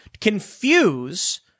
confuse